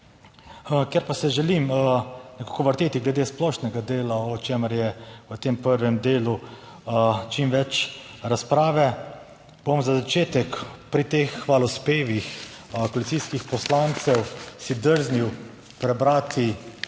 Ker pa se želim nekako vrteti glede splošnega dela, o čemer je v tem prvem delu čim več razprave, bom za začetek pri teh hvalospevih koalicijskih poslancev si drznil prebrati